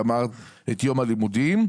גמר את יום הלימודים,